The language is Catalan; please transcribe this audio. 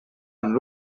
amb